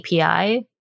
api